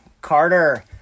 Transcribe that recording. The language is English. Carter